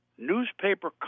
Newspaper